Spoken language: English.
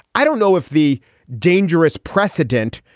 i don't know if the dangerous precedent,